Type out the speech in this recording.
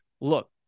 look